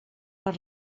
per